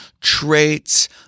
traits